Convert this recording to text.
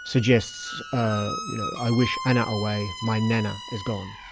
suggests ah you know i wish anna away, my nana is gone',